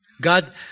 God